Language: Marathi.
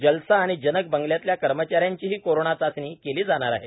जलसा आणि जनक बंगल्यातल्या कर्मचाऱ्यांचीही कोरोना चाचणी केली जाणार आहे